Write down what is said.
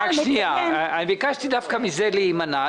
ביקשתי דווקא מזה להימנע.